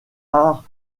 arts